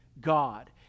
God